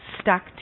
stuck